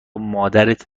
مادرت